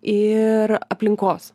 ir aplinkos